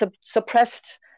suppressed